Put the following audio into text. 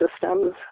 systems